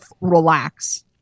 relax